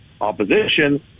opposition